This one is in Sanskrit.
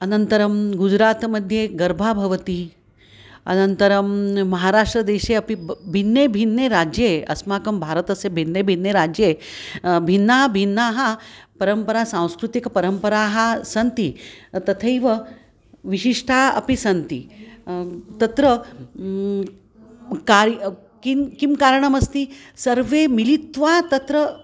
अनन्तरं गुजरात् मध्ये गर्भा भवति अनन्तरं महाराष्ट्रदेशे अपि भिन्ने भिन्ने राज्ये अस्माकं भारतस्य भिन्ने भिन्ने राज्ये भिन्ना भिन्नाः परम्पराः सांस्कृतिकपरम्पराः सन्ति तथैव विशिष्टाः अपि सन्ति तत्र कार्य किं किं कारणमस्ति सर्वे मिलित्वा तत्र